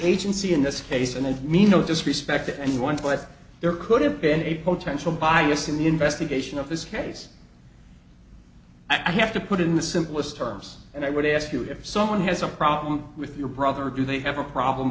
agency in this case and i mean no disrespect to anyone but there could have been a potential bias in the investigation of this case i have to put it in the simplest terms and i would ask you if someone has a problem with your brother do they have a problem